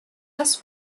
das